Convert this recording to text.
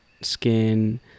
skin